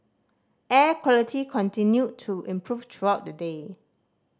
air quality continued to improve throughout the day